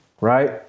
right